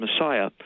Messiah